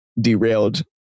derailed